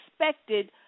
expected